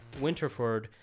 winterford